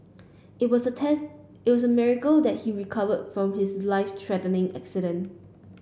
it was a text it was miracle that he recovered from his life threatening accident